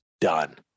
done